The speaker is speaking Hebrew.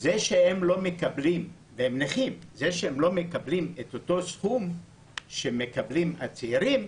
זה שהם לא מקבלים את אותו סכום שמקבלים הצעירים,